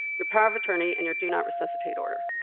your power of attorney, and your do-not-resuscitate order.